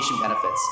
benefits